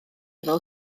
fel